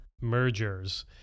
mergers